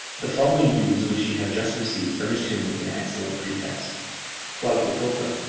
the following news which he had just received furnished him with an excellent pretext qualpopoca,